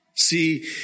See